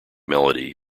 melody